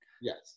Yes